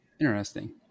Interesting